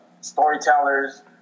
storytellers